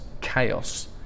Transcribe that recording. chaos